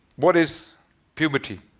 what is puberty?